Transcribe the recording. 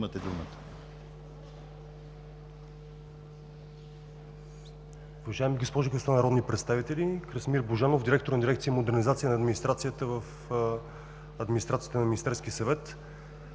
Уважаеми госпожи и господа народни представители, Красимир Божанов – директор на дирекция „Модернизация на администрацията” в администрацията на Министерския съвет.